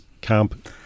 camp